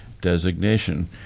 designation